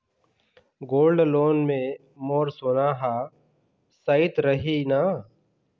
Gold loan मे मोर सोना हा सइत रही न?